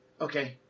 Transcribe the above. Okay